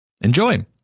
Enjoy